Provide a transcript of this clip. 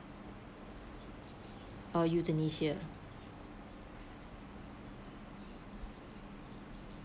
oh euthanasia